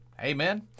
Amen